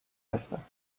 هستم